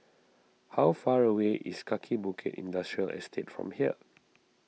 how far away is Kaki Bukit Industrial Estate from here